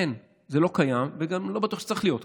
אין, זה לא קיים וגם לא בטוח שצריך להיות קיים.